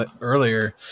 earlier